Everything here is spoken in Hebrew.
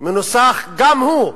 מנוסח גם הוא,